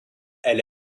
elle